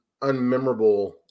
unmemorable